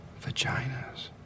vaginas